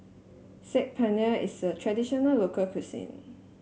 Saag Paneer is a traditional local cuisine